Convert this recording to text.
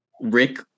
rick